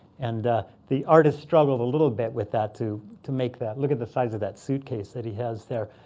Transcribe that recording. and the artist struggled a little bit with that to to make that. look at the size of that suitcase that he has there.